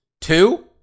Two